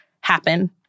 happen